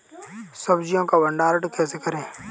सब्जियों का भंडारण कैसे करें?